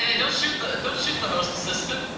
yeah don't shoot. but don't shoot the host assistant